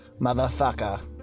motherfucker